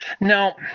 Now